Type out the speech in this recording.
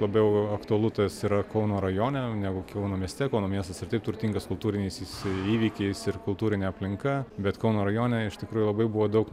labiau aktualu tas yra kauno rajone negu kauno mieste kauno miestas ir taip turtingas kultūriniais įvykiais ir kultūrine aplinka bet kauno rajone iš tikrųjų labai buvo daug